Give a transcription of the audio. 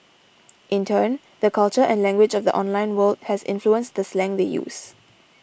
in turn the culture and language of the online world has influenced the slang they use